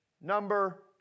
number